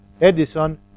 Edison